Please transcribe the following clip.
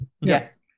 Yes